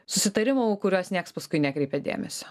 susitarimų į kuriuos nieks paskui nekreipia dėmesio